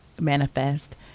manifest